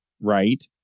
Right